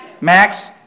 Max